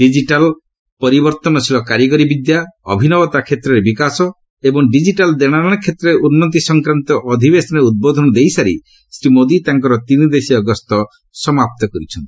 digital ପରିବର୍ତ୍ତନଶୀଳ କାରିଗରୀ ବିଦ୍ୟା ଅଭିନବତା କ୍ଷେତ୍ରରେ ବିକାଶ ଏବଂ ଡିଜିଟାଲ ଦେଶନେଶ କ୍ଷେତ୍ରରେ ଉନ୍ନତି ସଂକ୍ରାନ୍ତ ଅଧିବେଶନରେ ଉଦ୍ବୋଧନ ଦେଇ ସାରି ଶ୍ରୀ ମୋଦି ତାଙ୍କର ତିନିଦେଶୀୟ ଗସ୍ତ ସମାପ୍ତ କରିଛନ୍ତି